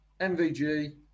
MVG